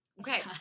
Okay